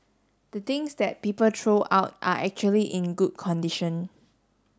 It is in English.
the things that people throw out are actually in good condition